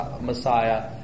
Messiah